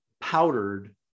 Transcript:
powdered